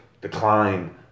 decline